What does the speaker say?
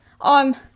on